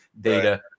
data